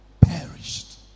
perished